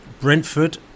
Brentford